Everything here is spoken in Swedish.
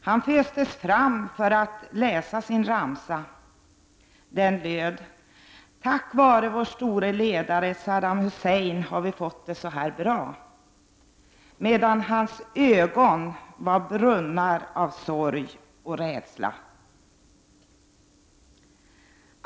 Han föstes fram för att läsa sin ramsa — ”tack vare vår store ledare Saddam Hussein har vi fått det så här bra” — medan hans ögon var brunnar av sorg och rädsla.